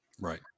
Right